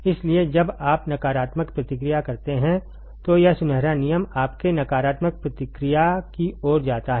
इसलिए जब आप नकारात्मक प्रतिक्रिया करते हैं तो यह सुनहरा नियम आपके नकारात्मक प्रतिक्रिया की ओर जाता है